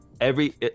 Every-